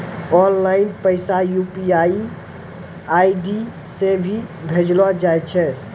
online पैसा UPI ID से भी भेजलो जाय छै